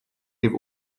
give